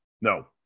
No